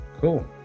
Cool